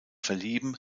verlieben